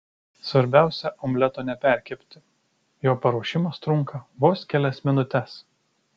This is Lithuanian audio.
svarbiausia omleto neperkepti jo paruošimas trunka vos kelias minutes